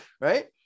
right